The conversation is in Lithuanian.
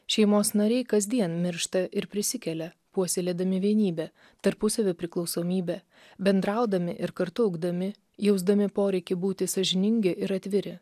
šeimos nariai kasdien miršta ir prisikelia puoselėdami vienybę tarpusavio priklausomybę bendraudami ir kartu augdami jausdami poreikį būti sąžiningi ir atviri